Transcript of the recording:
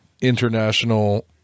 international